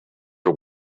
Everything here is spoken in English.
are